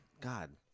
God